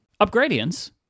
Upgradients